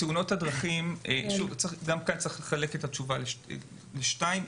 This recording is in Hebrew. צריך לחלק את התשובה לשתיים,